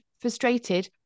frustrated